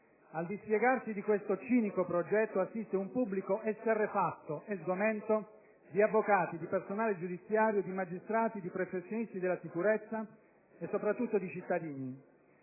Al dispiegarsi di questo cinico progetto assiste un pubblico esterrefatto e sgomento di avvocati, di personale giudiziario, di magistrati, di professionisti della sicurezza e soprattutto di cittadini.